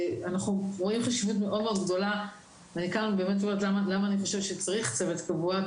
רואים חשיבות מאוד-מאוד גדולה לכך שצריך צוות קבוע,